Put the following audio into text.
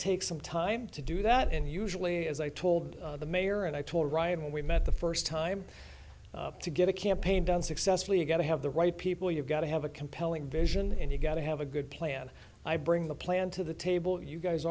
take some time to do that and usually as i told the mayor and i told ryan when we met the first time to get a campaign done successfully you've got to have the right people you've got to have a compelling vision and you've got to have a good plan i bring the plan to the table you guys